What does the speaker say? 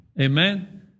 Amen